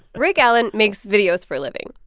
rick allen makes videos for a living.